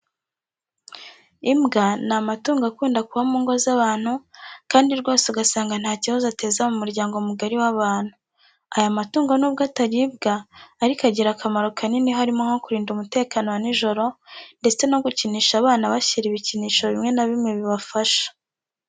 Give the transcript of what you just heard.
Imbwa ni amatungo akunda kuba mu ngo z'abantu kandi rwose ugasanga nta kibazo ateza mu muryango mugari w'abantu. Aya matungo nubwo ataribwa ariko agira akamaro kanini harimo nko kurinda umutekano wa nijoro ndetse no gukinisha abana abashyira ibikinisho bimwe na bimwe bibafasha.